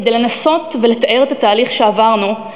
כדי לנסות ולתאר את התהליך שעברנו,